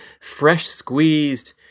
fresh-squeezed